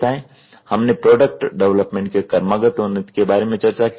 हमने product development की क्रमागत उन्नति के बारे में चर्चा की